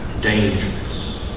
dangerous